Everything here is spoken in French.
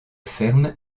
ferme